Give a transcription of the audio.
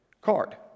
card